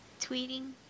tweeting